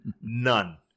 None